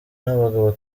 n’abagabo